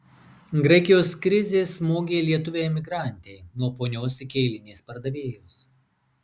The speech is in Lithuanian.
graikijos krizė smogė lietuvei emigrantei nuo ponios iki eilinės pardavėjos